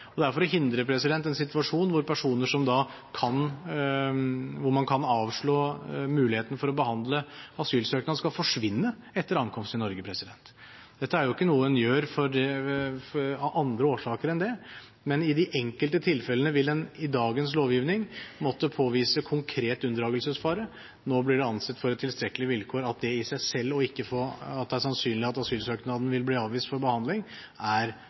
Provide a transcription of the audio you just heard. og det er for å hindre en situasjon der personer, i tilfeller hvor man kan avslå muligheten for å behandle asylsøknad, skal forsvinne etter ankomst i Norge. Dette er jo ikke noe en gjør av andre årsaker enn det, men i de enkelte tilfellene vil en med dagens lovgivning måtte påvise konkret unndragelsesfare. Nå blir det ansett som et tilstrekkelig vilkår at det at det er sannsynlig at asylsøknaden vil bli avvist for behandling, i seg selv er